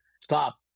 stop